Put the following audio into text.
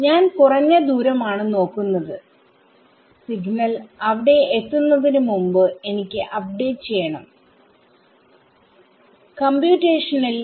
ഞാൻ കുറഞ്ഞ ദൂരം ആണ് നോക്കുന്നത് സിഗ്നൽ അവിടെ എത്തുന്നതിനു മുമ്പ് എനിക്ക് അപ്ഡേറ്റ് ചെയ്യണം കമ്പ്യൂട്ടേഷണിൽ